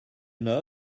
know